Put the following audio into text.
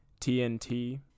TNT